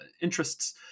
interests